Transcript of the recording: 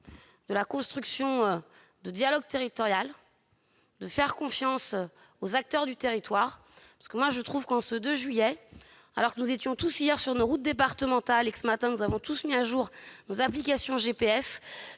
de construire du dialogue territorial et de faire confiance aux acteurs du territoire. Pour ma part, je pense qu'en ce 2 juillet, alors que nous étions tous hier sur nos routes départementales et que ce matin nous avons tous mis à jour nos applications GPS,